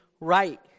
right